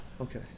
okay